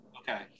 okay